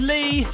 Lee